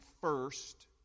first